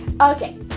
Okay